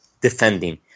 defending